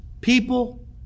people